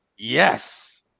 Yes